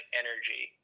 energy